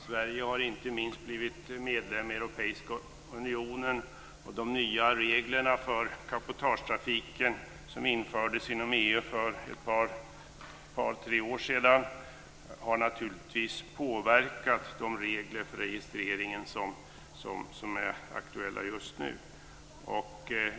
Sverige har inte minst blivit medlem i Europeiska unionen, och de nya regler för cabotagetrafiken som infördes inom EU för ett par tre år sedan har naturligtvis påverkat de regler för registreringen som är aktuella just nu.